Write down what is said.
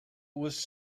was